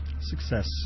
Success